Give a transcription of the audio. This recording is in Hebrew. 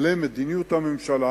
למדיניות הממשלה?